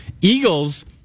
Eagles